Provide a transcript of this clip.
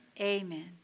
amen